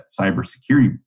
cybersecurity